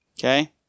Okay